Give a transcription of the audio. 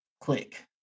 click